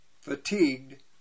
fatigued